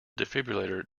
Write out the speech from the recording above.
defibrillator